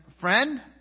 friend